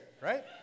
right